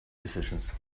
decisions